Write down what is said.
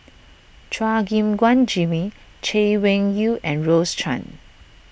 Chua Gim Guan Jimmy Chay Weng Yew and Rose Chan